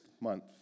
month